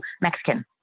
Mexican